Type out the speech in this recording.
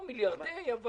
לא מיליארדי שקלים.